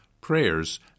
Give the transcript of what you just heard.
prayers